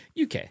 UK